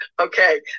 Okay